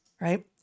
Right